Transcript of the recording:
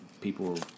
people